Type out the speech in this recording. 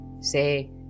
say